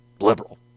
liberal